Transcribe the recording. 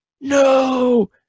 No